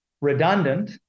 redundant